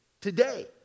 today